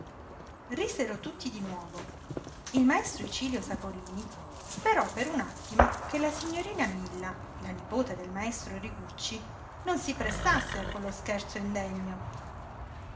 risero tutti di nuovo il maestro icilio saporini sperò per un attimo che la signorina milla la nipote del maestro rigucci non si prestasse a quello scherzo indegno